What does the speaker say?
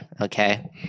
Okay